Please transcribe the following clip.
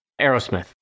Aerosmith